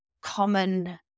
common